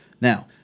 Now